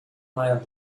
man